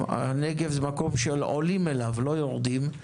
הנגב הוא מקום שעולים אליו, לא יורדים.